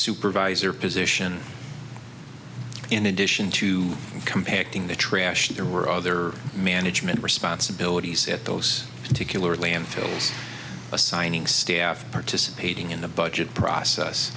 supervisor position in addition to compacting the trash there were other management responsibilities at those particular landfills assigning staff participating in the budget process